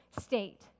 state